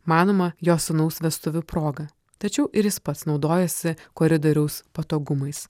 manoma jo sūnaus vestuvių proga tačiau ir jis pats naudojosi koridoriaus patogumais